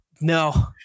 no